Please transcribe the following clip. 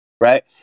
right